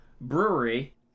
Brewery